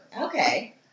Okay